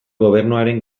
gobernuaren